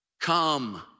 come